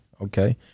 Okay